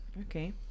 Okay